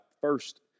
first